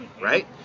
right